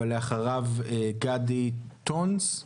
ולאחריו גדי טונס,